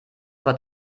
vor